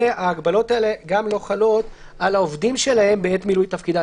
וההגבלות האלה גם לא חלות על העובדים שלהם בעת מילוי תפקידם,